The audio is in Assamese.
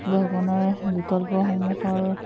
ভ্ৰমণৰ বিকল্পসমূহৰ